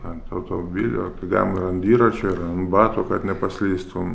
ant automobilio galima ir ant dviračio ir ant batų kad nepaslystum